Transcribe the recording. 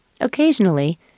Occasionally